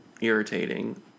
Irritating